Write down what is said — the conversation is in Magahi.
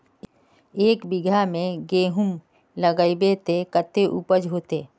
एक बिगहा में गेहूम लगाइबे ते कते उपज होते?